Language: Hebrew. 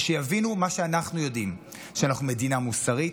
ושיבינו מה שאנחנו יודעים: שאנחנו מדינה מוסרית,